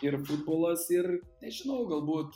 ir futbolas ir nežinau galbūt